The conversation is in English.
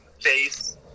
face